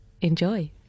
enjoy